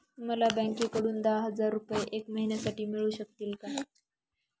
मला बँकेकडून दहा हजार रुपये एक महिन्यांसाठी मिळू शकतील का?